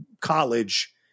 college